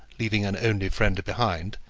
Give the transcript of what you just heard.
leaving an only friend behind,